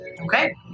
Okay